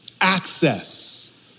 access